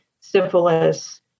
syphilis